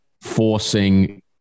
forcing